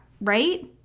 right